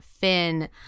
Finn